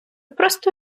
просто